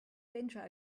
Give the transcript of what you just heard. danger